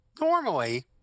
normally